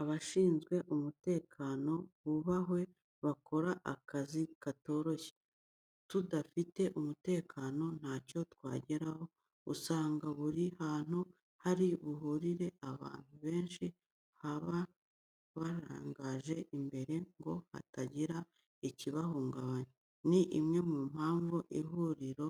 Abashinzwe umutekano bubahwe bakora akazi katoroshye, tudafite umutekano ntacyo twageraho, usanga buri hantu hari buhurire abantu benshi bahari, babarangaje imbere ngo hatagira ikibahungabanya, ni imwe mu mpamvu ihuriro